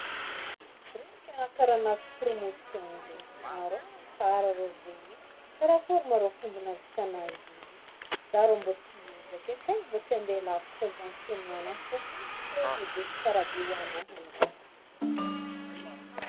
Regniky agna karaha nahazo promotion zegny, ah rô tsara rô zegny, karakôry ma rô fomba nahavitagna zegny e? Za rô mbo ty hiezaka e, tegna mbo te hande lavitry kô za amin'ny fiaignagnan'agnahy fô tegna hitako hoe modely tsara be ho agnahy iagnao e.